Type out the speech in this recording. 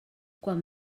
quan